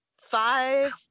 Five